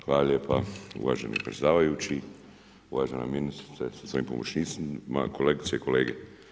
Hvala lijepo uvaženi predsjedavajući, uvažena ministrice sa svojim pomoćnicima, kolegice i kolege.